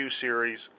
series